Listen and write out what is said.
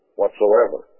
whatsoever